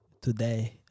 today